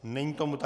Není tomu tak.